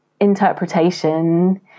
interpretation